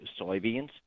soybeans